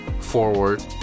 forward